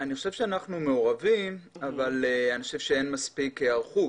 אני חושב שאנחנו מעורבים אבל אני חושב שאין מספיק היערכות.